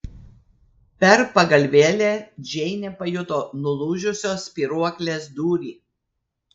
per pagalvėlę džeinė pajuto nulūžusios spyruoklės dūrį